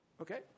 Okay